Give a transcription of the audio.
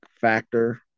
factor